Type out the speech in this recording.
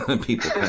People